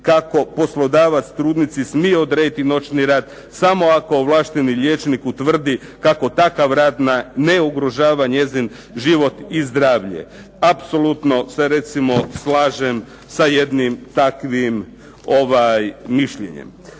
kako poslodavac trudnici smije odrediti noćni rad samo ako ovlašteni liječnik utvrdi kako takav rad ne ugrožava njezin život i zdravlje. Apsolutno se recimo slažem sa jednim takvim mišljenjem.